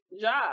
job